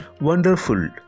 Wonderful